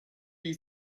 you